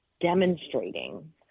demonstrating